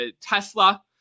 Tesla